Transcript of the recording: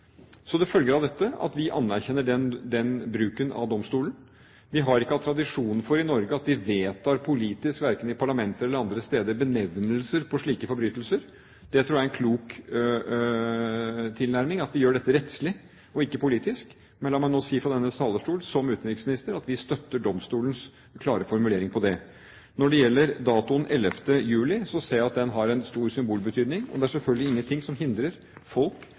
Det følger av dette at vi anerkjenner den bruken av domstolen. Vi har i Norge ikke hatt tradisjon for at vi vedtar politisk, verken i parlamentet eller andre steder, benevnelser på slike forbrytelser. Jeg tror det er en klok tilnærming at vi gjør dette rettslig og ikke politisk. Men la meg nå si fra denne talerstol, som utenriksminister, at vi støtter domstolens klare formulering på det. Når det gjelder datoen 11. juli, ser jeg at den har en stor symbolbetydning. Det er selvfølgelig ingen ting som hindrer folk